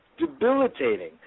debilitating